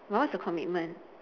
but what's the commitment